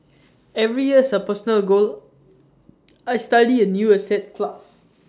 every year as A personal goal I study A new asset class